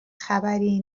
خبری